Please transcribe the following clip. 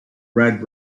red